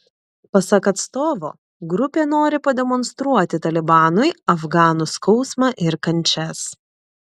pasak atstovo grupė nori pademonstruoti talibanui afganų skausmą ir kančias